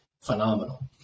phenomenal